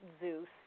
Zeus